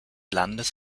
landes